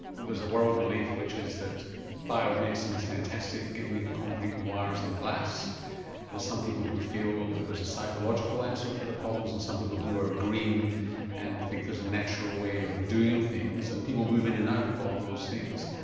there's a world belief which is that biomedicine is fantastic, give me the concrete and the wires and the glass there's some people who feel that there's a psychological answer for their problems, and some people who are green and think there's a natural way of doing things, and people move in and out of all those things.